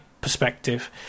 perspective